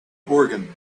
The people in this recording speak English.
organ